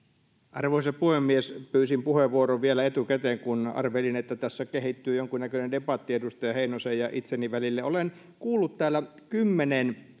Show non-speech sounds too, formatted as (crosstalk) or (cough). arvoisa puhemies pyysin puheenvuoron vielä etukäteen kun arvelin että tässä kehittyy jonkunnäköinen debatti edustaja heinosen ja itseni välille olen kuullut täällä kymmenen (unintelligible)